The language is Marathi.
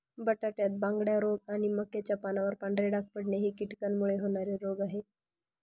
बटाट्यात बांगड्या रोग आणि मक्याच्या पानावर पांढरे डाग पडणे हे कीटकांमुळे होणारे रोग आहे